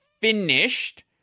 finished